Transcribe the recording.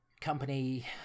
company